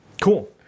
Cool